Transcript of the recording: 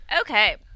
Okay